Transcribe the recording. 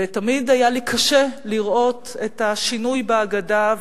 ותמיד היה לי קשה לראות את השינוי בהגדה,